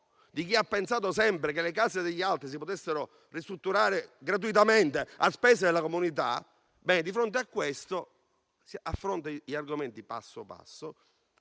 di chi ha pensato sempre che le case degli altri si potessero ristrutturare gratuitamente a spese della comunità, affronta gli argomenti passo passo,